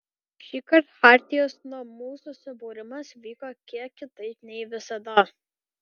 šįkart chartijos narių susibūrimas vyko kiek kitaip nei visada